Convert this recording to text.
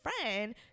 friend